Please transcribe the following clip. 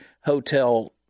hotel